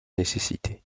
nécessité